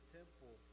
temple